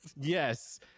yes